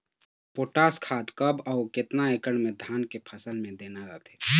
Potash खाद कब अऊ केतना एकड़ मे धान के फसल मे देना रथे?